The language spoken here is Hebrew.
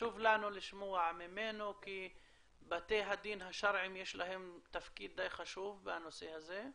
חשוב לנו לשמוע ממנו כי לבתי הדין השרעיים יש תפקיד חשוב בנושא הזה.